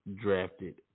drafted